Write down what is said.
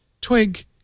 twig